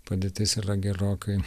padėtis yra gerokai